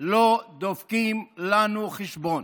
לא דופקים לנו חשבון?